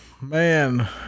man